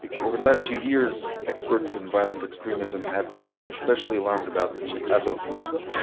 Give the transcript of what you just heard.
over the last few years experts in violent extremism have grown especially alarmed about the azov movement